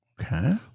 Okay